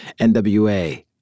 NWA